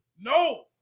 No